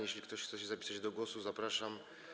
Jeśli ktoś chce się zapisać do głosu, zapraszam.